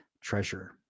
treasure